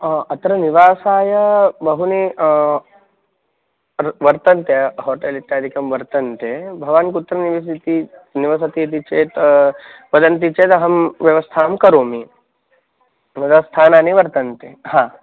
ओ अत्र निवासाय बहुनी वर् वर्तन्ते होटेल् इत्यादिकं वर्तन्ते भवान् कुत्र निविसिति निवसति इति चेत् वदन्ति चेद् अहं व्यवस्थां करोमि बहुधा स्थानानि वर्तन्ते हा